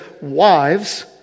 Wives